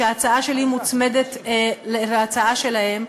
שההצעה שלי מוצמדת להצעות שלהם,